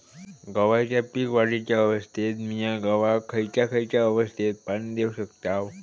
गव्हाच्या पीक वाढीच्या अवस्थेत मिया गव्हाक खैयचा खैयचा अवस्थेत पाणी देउक शकताव?